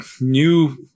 new